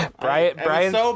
Brian